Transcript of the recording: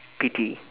pity